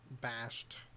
bashed